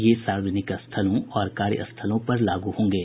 ये सार्वजनिक स्थलों और कार्यस्थलों पर लागू होंगे